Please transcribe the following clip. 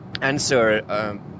answer